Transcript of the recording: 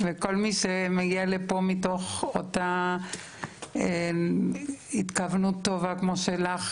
וכל מי שמגיע לפה מתוך אותה התכוונות טובה כמו שלך,